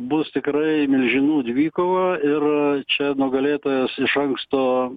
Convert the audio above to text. bus tikrai milžinų dvikova ir čia nugalėtojas iš anksto